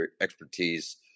expertise